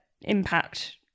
impact